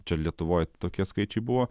čia lietuvoj tokie skaičiai buvo